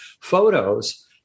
photos